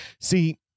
See